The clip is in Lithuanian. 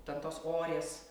ten tos orės